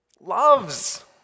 Loves